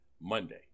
Monday